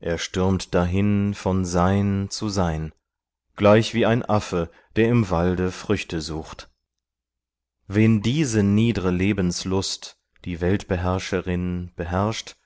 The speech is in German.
er stürmt dahin von sein zu sein gleichwie ein affe der im walde früchte sucht wen diese niedre lebenslust die weltbeherrscherin beherrscht